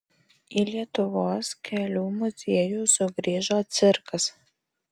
į lietuvos kelių muziejų sugrįžo cirkas